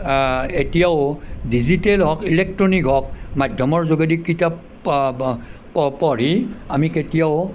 এতিয়াও ডিজিটেল হওঁক ইলেকট্ৰনিক হওঁক মাধ্য়মৰ যোগেদি কিতাপ পঢ়ি আমি কেতিয়াও